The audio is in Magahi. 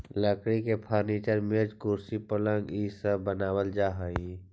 लकड़ी के फर्नीचर, मेज, कुर्सी, पलंग इ सब बनावल जा हई